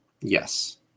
Yes